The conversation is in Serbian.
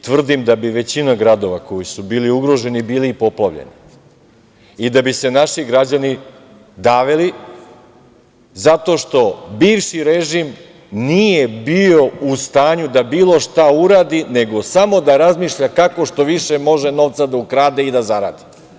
Tvrdim da bi većina gradova koji su bili ugroženi bili i poplavljeni i da bi se naši građani davili zato što bivši režim nije bio u stanju da bilo šta uradi, nego samo da razmišlja kako što više može novca da ukrade i da zaradi.